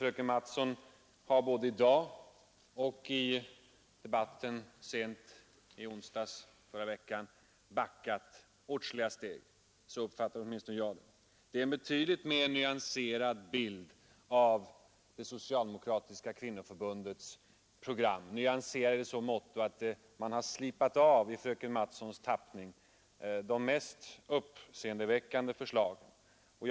Fröken Mattson har i debatten både i dag och sent i onsdags förra veckan backat åtskilliga steg. Så uppfattade åtminstone jag det. Vi har nu fått en betydligt mer nedtonad framställning av Socialdemokratiska kvinnoförbundets program, i så måtto att de mest uppseendeväckande förslagen är avslipade i fröken Mattsons tappning.